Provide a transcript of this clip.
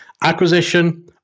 acquisition